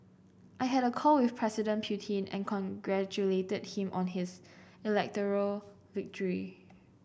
I had a call with President Putin and congratulated him on his electoral victory